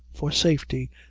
for safety,